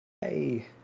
hey